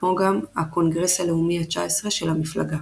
כמו גם הקונגרס הלאומי ה-19 של המפלגה.